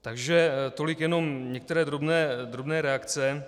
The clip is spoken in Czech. Takže tolik jenom některé drobné reakce.